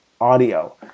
audio